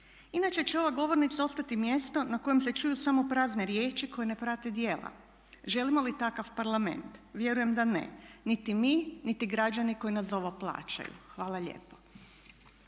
Inače će ova govornica mjesto na kojem se čuju samo prazne riječi koje ne prate djela. Želimo li takav Parlament? Vjerujem da ne, niti mi, niti građani koji nas za ovo plaćaju. Hvala lijepo.